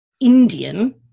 Indian